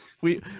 We-